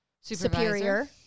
superior